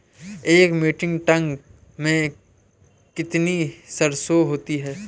एक metric tonne में कितनी सरसों होती है?